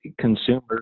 consumers